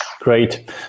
Great